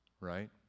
right